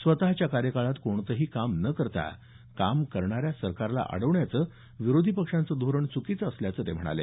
स्वतच्या कार्यकाळात कोणतंही काम न करता काम करणाऱ्या सरकारला अडवण्याचं विरोधी पक्षांचं धोरण च्कीचं असल्याचं ते म्हणाले